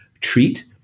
treat